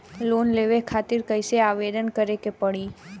Loan लेवे खातिर कइसे आवेदन करें के पड़ी?